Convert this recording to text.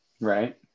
Right